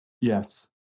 Yes